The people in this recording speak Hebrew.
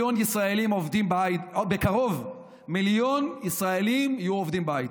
בקרוב מיליון ישראלים יהיו עובדים בהייטק.